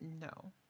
no